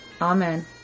Amen